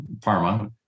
Parma